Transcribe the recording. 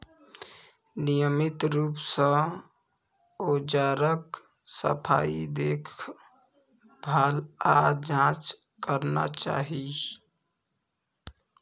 नियमित रूप सं औजारक सफाई, देखभाल आ जांच करना चाही